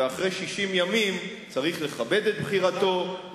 ואחרי 60 ימים צריך לכבד את בחירתו.